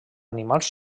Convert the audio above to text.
animals